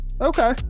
Okay